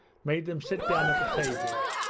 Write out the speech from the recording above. made them sit down at the table,